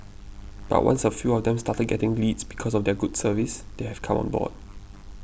but once a few of them started getting leads because of their good service they have come on board